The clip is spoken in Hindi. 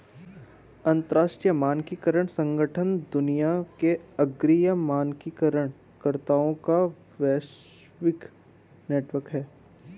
अंतर्राष्ट्रीय मानकीकरण संगठन दुनिया के अग्रणी मानकीकरण कर्ताओं का वैश्विक नेटवर्क है